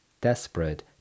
desperate